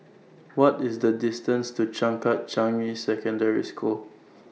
What IS The distance to Changkat Changi Secondary School